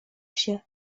się